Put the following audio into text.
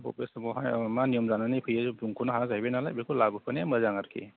बबे समावहाय मा नियम जानानै फैयो जेबो बुंस'नो हाला जाहैबाय नालाय बेखौ लाबोफानाया मोजां आरखि